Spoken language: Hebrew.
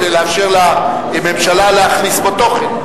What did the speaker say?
כדי לאפשר לממשלה להכניס בו תוכן,